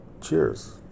cheers